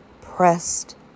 pressed